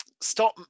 stop